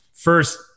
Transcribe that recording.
First